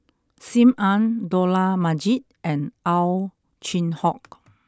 Sim Ann Dollah Majid and Ow Chin Hock